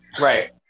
Right